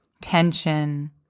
tension